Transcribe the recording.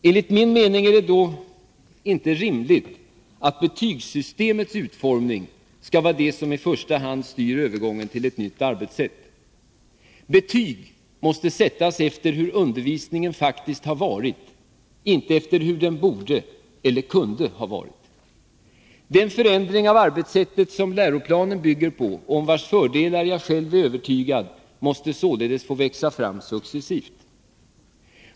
Enligt min mening är det inte rimligt att betygssystemets urformning skall vara det som i första hand styr övergången till ett nytt arbetssätt. Betyg måste sättas efter hur undervisningen faktiskt har varit, inte efter hur den borde eller kunde ha varit. Den förändring av arbetssättet som Lgr 80 bygger på, och om vars fördelar jag själv är övertygad, måste således få växa fram successivt.